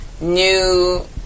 New